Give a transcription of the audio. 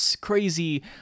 crazy